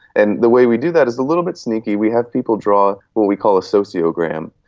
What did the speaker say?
and the way we do that is a little bit sneaky, we have people draw what we call a socio-gram.